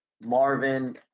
Marvin